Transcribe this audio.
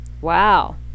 Wow